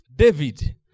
David